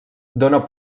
dóna